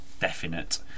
Definite